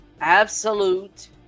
Absolute